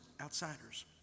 outsiders